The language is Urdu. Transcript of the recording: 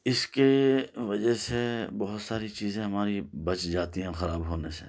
اس کے وجہ سے بہت ساری چیزیں ہماری بچ جاتی ہیں خراب ہونے سے